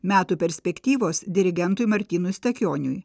metų perspektyvos dirigentui martynui stakioniui